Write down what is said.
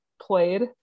played